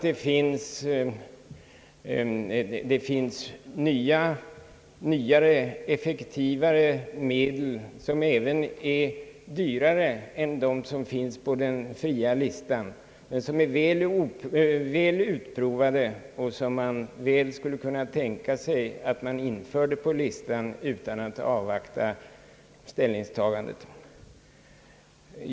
Det finns nyare, effektivare medel, vilka också är dyrare än de som nu finns med på den fria listan. Dessa medel är väl utprovade, och man kan gott tänka sig att införa dem på listan utan att avvakta ställningstagandet.